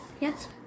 Yes